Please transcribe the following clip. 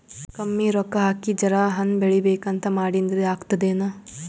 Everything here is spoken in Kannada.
ಕಮ್ಮಿ ರೊಕ್ಕ ಹಾಕಿ ಜರಾ ಹಣ್ ಬೆಳಿಬೇಕಂತ ಮಾಡಿನ್ರಿ, ಆಗ್ತದೇನ?